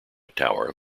tower